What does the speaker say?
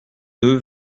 deux